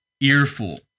Earful